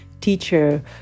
teacher